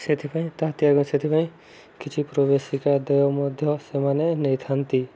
ସେଥିପାଇଁ ତାତୀୟ ଆଗ ସେଥିପାଇଁ କିଛି ପ୍ରବେଶିକା ଦେୟ ମଧ୍ୟ ସେମାନେ ନେଇଥାନ୍ତି